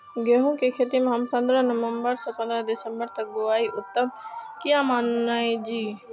गेहूं के खेती हम पंद्रह नवम्बर से पंद्रह दिसम्बर तक बुआई उत्तम किया माने जी?